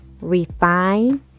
refine